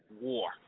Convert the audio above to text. War